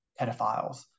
pedophiles